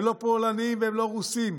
הם לא פולנים והם לא רוסים,